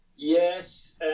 Yes